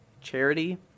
charity